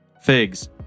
Figs